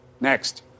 Next